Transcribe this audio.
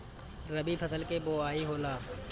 रबी फसल मे बोआई होला?